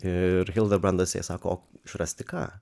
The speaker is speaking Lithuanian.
ir hilda brandas jai sako išrasti ką